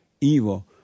evil